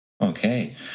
Okay